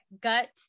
gut